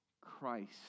Christ